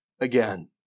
again